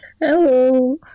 hello